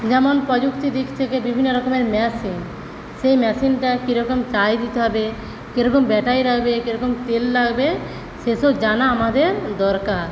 যেমন প্রযুক্তি দিক থেকে বিভিন্ন রকমের মেশিন সেই মেশিনটায় কীরকম চার্জ দিতে হবে কীরকম ব্যাটারি লাগবে কীরকম তেল লাগবে সেসব জানা আমাদের দরকার